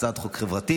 הצעת חוק חברתית.